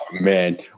man